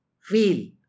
feel